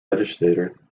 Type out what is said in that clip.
legislature